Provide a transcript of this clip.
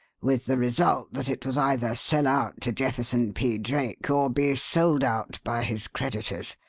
with the result that it was either sell out to jefferson p. drake or be sold out by his creditors.